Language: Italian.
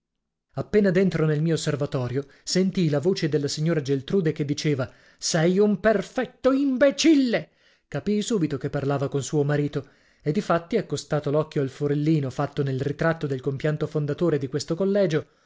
appena dentro nel mio osservatorio sentii la voce della signora geltrude che diceva sei un perfetto imbecille capii subito che parlava con suo marito e difatti accostato l'occhio al forellino fatto nel ritratto del compianto fondatore di questo collegio